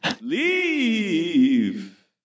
Leave